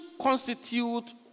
constitute